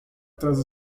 atrás